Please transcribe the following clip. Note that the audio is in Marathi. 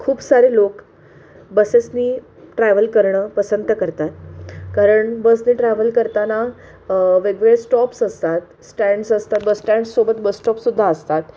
खूप सारे लोक बसेसनी ट्रॅव्हल करणं पसंत करतात कारण बसने ट्रॅव्हल करताना वेगवेगळे स्टॉप्स असतात स्टँड्स असतात बसस्टँड्ससोबत बसस्टॉप सुद्धा असतात